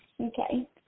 Okay